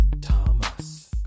Thomas